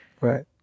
Right